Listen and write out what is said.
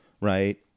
right